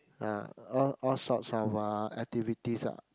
ah all all sort of uh activities ah